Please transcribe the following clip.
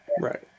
Right